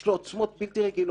יש לו עוצמות בלתי רגילות.